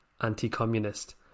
anti-communist